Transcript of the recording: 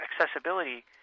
accessibility